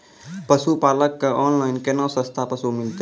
पशुपालक कऽ ऑनलाइन केना सस्ता पसु मिलतै?